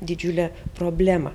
didžiulę problemą